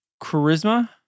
charisma